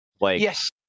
Yes